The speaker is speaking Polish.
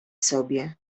sobie